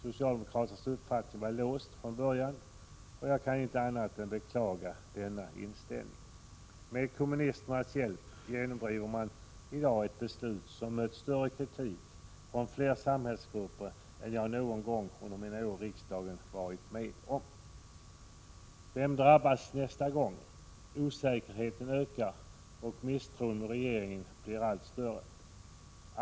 Socialdemokraternas uppfattning var låst från början och jag kan inte annat än beklaga denna 17 inställning. Med kommunisternas hjälp genomdriver man i dag ett beslut, som mött hårdare kritik och från fler samhällsgrupper än jag någon gång under mina år i riksdagen har varit med om. Vem drabbas nästa gång? Osäkerheten ökar och misstron mot regeringen blir allt större.